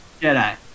Jedi